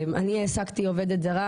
אני העסקתי עובדת זרה